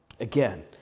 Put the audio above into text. Again